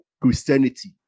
Christianity